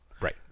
Right